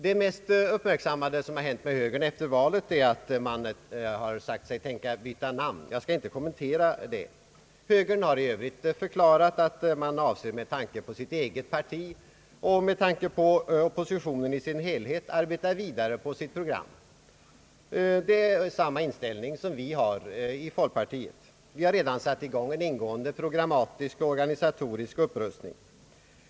Det mest uppmärksammade som har hänt med högern efter valet är att man inom detta parti har sagt att man tänker byta namn. Jag skall inte kommentera detta. Högern har i övrigt förklarat att man med tanke på sitt eget parti och med tanke på oppositionen i sin helhet avser att arbeta vidare på sitt program. Det är samma inställning som vi har i folkpartiet. Vi har redan satt i gång en ingående programmatisk och organisatorisk upprustning.